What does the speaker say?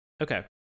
Okay